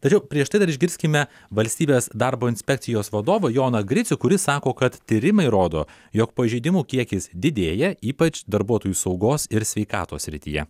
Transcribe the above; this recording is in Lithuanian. tačiau prieš tai dar išgirskime valstybės darbo inspekcijos vadovą joną gricių kuris sako kad tyrimai rodo jog pažeidimų kiekis didėja ypač darbuotojų saugos ir sveikatos srityje